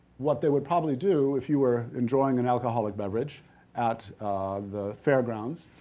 what they would probably do if you were enjoying an alcoholic beverage at the fairgrounds,